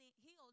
healed